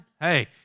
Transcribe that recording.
hey